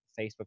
Facebook